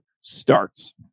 starts